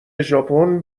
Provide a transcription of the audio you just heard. ژاپن